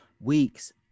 weeks